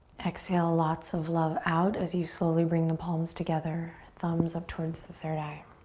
exhale lots of love out as you slowly bring the palms together, thumbs up towards the third eye.